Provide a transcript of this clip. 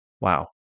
Wow